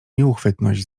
nieuchwytność